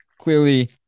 clearly